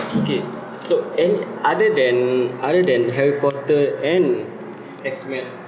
okay so any other than other than harry potter and X men